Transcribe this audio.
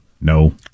No